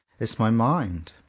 as my mind.